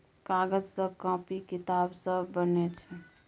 कागज सँ कांपी किताब सब बनै छै